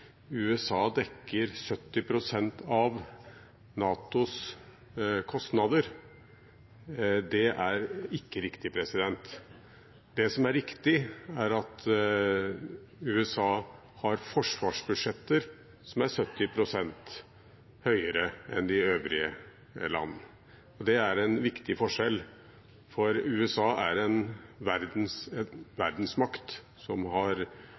USA dekker 70 pst. av NATOs kostnader. Det er ikke riktig. Det som er riktig, er at USA har forsvarsbudsjetter som er 70 pst. høyere enn de øvrige land, og det er en viktig forskjell. USA er en verdensmakt som har